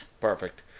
Perfect